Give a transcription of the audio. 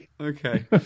okay